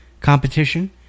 competition